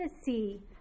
see